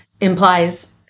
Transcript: implies